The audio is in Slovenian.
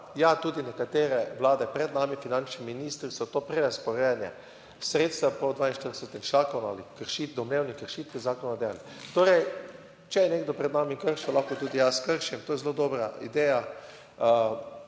Ja, tudi nekatere vlade pred nami, finančni ministri, so to prerazporejanje sredstev po 42. zakonu ali domnevni kršitvi zakona dajali. Torej, če je nekdo pred nami kršil lahko tudi jaz kršim, to je zelo dobra ideja,